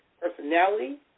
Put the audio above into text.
personality